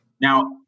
Now